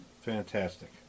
Fantastic